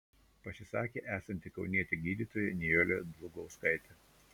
pasisakė esanti kaunietė gydytoja nijolė dlugauskaitė